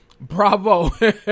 bravo